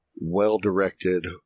well-directed